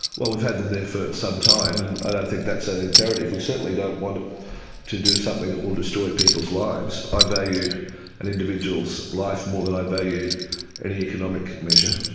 well, we've had them there for some time and i don't think that's an imperative. we certainly don't want to do something that will destroy people's lives. i value an individual's life more than i value any economic measure.